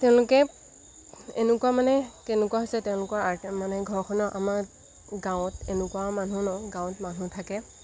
তেওঁলোকে এনেকুৱা মানে কেনেকুৱা হৈছে তেওঁলোকৰ মানে ঘৰখনৰ আমাৰ গাঁৱত এনেকুৱা মানুহ ন গাঁৱত মানুহ থাকে